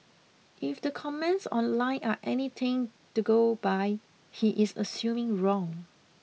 if the comments online are anything to go by he is assuming wrong